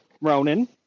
Ronan